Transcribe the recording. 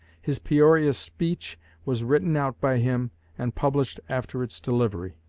his peoria speech was written out by him and published after its delivery.